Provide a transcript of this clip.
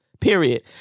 period